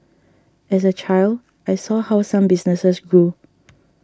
as a child I saw how some businesses grew